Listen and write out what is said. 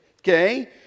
okay